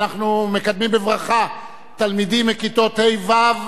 אנחנו מקדמים בברכה תלמידים מכיתות ה'-ו'